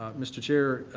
mr. chair,